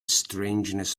strangeness